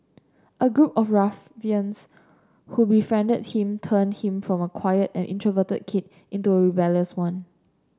a group of ruffians who befriended him turned him from a quiet and introverted kid into rebellious one